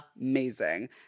amazing